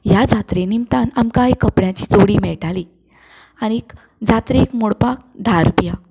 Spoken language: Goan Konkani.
ह्या जात्रे निमतान आमकांय एक कपड्यांची जोडी मेळटाली आनी जात्रेक मोडपाक धा रुपया